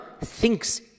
thinks